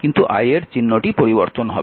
কিন্তু i এর চিহ্নটি পরিবর্তন হবে